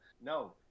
No